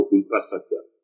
infrastructure